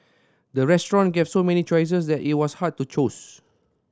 the restaurant gave so many choices that it was hard to choose